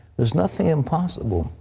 there is nothing impossible.